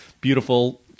beautiful